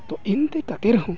ᱛᱚ ᱮᱱᱛᱮ ᱠᱟᱹᱴᱤᱡ ᱨᱮᱦᱚᱸ